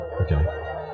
Okay